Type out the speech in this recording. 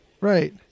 Right